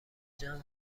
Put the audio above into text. جمع